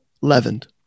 leavened